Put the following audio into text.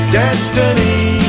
destiny